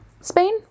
Spain